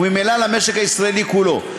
וממילא למשק הישראלי כולו.